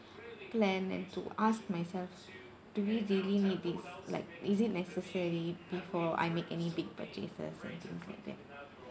plan and to ask myself do we really need this like is it necessary before I make any big purchases and things like that